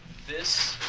this